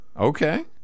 Okay